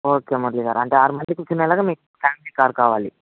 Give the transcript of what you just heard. okay Murali గారు అంటే ఆరు మంది కూర్చునేలాగా మీకు ఫ్యామిలీ కార్ కావాలి